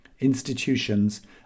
Institutions